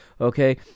okay